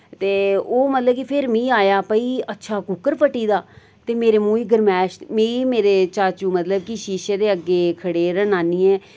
ते ओह् मतलब कि फेर मी आया भई अच्छा कुक्कर फटी गेदा ते मेरे मूंह गी गरमैश मिगी मेरे चाचू मतलब कि शीशे दे अग्गें खडरन आह्नियै